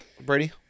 Brady